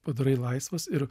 padarai laisvas ir